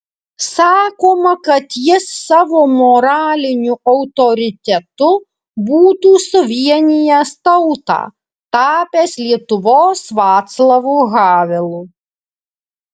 sakoma kad jis savo moraliniu autoritetu būtų suvienijęs tautą tapęs lietuvos vaclavu havelu